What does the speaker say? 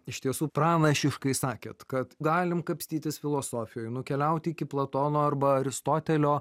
iš tiesų pranašiškai sakėt kad galim kapstytis filosofijoj nukeliaut iki platono arba aristotelio